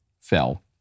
fell